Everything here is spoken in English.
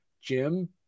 Jim